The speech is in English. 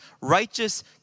righteous